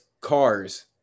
cars